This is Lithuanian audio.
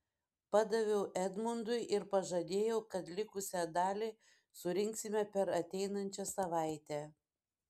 padaviau edmundui ir pažadėjau kad likusią dalį surinksime per ateinančią savaitę